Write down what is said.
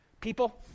People